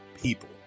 people